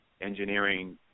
engineering